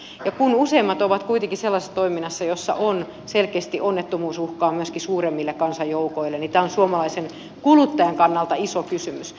ja kun useimmat ovat kuitenkin sellaisessa toiminnassa jossa on selkeästi onnettomuusuhkaa myöskin suuremmille kansanjoukoille niin tämä on suomalaisen kuluttajan kannalta iso kysymys